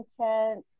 content